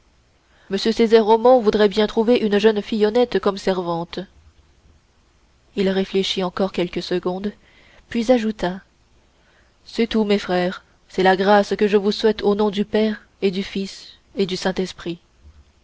m césaire omont voudrait bien trouver une jeune fille honnête comme servante il réfléchit encore quelques secondes puis ajouta c'est tout mes frères c'est la grâce que je vous souhaite au nom du père et du fils et du saint-esprit